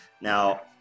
now